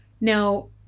Now